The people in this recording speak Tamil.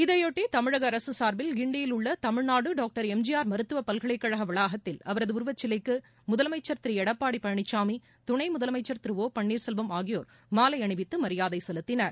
இதையொட்டி தமிழக அரசு சார்பில் கிண்டியில் உள்ள Tamil Nadu doctor M G R மருத்துவ பல்கலைக்கழக வளாகத்தில் அவரது உருவச்சிலைக்கு முதலமைச்சர் திரு எடப்பாடி பழனிசாமி துணை முதலமைச்சர் திரு ஓ பள்ளீர்செல்வம் ஆகியோர் மாலை அணிவித்து மரியாதை செலுத்தினர்